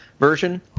version